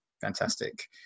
fantastic